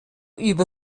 über